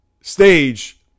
stage